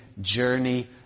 journey